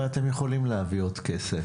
כולנו מבינים את זה.